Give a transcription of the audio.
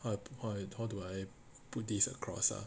ugh how do I put this across ah